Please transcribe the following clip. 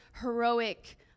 heroic